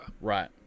Right